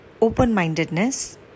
open-mindedness